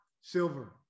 Silver